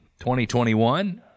2021